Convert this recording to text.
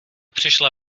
přišla